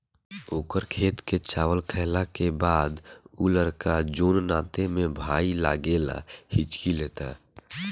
ओकर खेत के चावल खैला के बाद उ लड़का जोन नाते में भाई लागेला हिच्की लेता